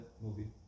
movie